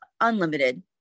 unlimited